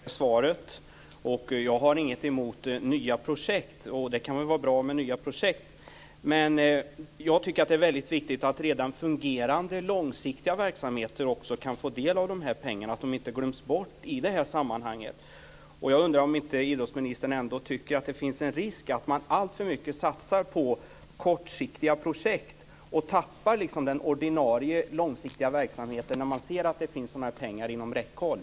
Fru talman! Jag tackar för det svaret. Jag har inget emot nya projekt. Det kan väl vara bra med nya projekt. Men jag tycker att det är viktigt att också redan fungerande långsiktiga verksamheter kan få del av dessa pengar, att de inte glöms bort i det här sammanhanget. Jag undrar om inte idrottsministern ändå tycker att det finns en risk för att man alltför mycket satsar på kortsiktiga projekt och tappar den ordinarie långsiktiga verksamheten, när man ser att det finns sådana här pengar inom räckhåll.